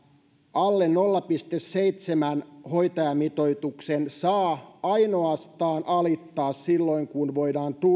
alle nolla pilkku seitsemän hoitajamitoituksen saa alittaa ainoastaan silloin kun voidaan